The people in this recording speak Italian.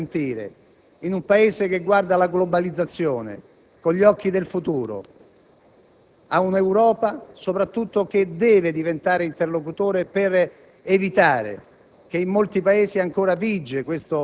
mondo. Credo sia una barbarie consentire, in un Paese che guarda alla globalizzazione con gli occhi del futuro, ad una Europa, soprattutto, che deve diventare interlocutore per evitarla,